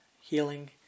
healing